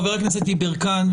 חבר הכנסת יברקן,